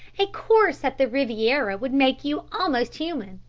a course at the riviera would make you almost human.